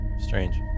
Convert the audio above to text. Strange